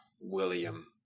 william